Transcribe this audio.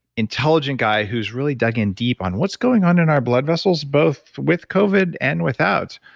intelligent guy who's really dug in deep on what's going on in our blood vessels, both with covid and without.